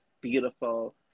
beautiful